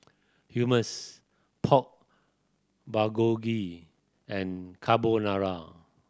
Hummus Pork Bulgogi and Carbonara